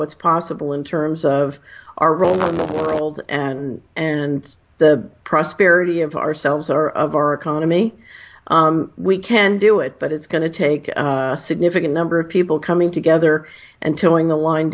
what's possible in terms of our role in the world and and the prosperity of ourselves our of our economy we can do it but it's going to take a significant number of people coming together and tilling the win